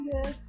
Yes